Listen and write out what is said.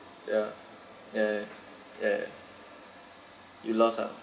ya ya ya you lost ah